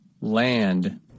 Land